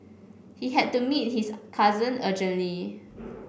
he had to meet his cousin urgently